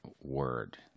word